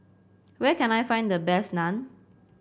where can I find the best Naan